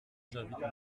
j’invite